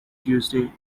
tuesday